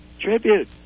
tribute